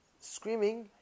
screaming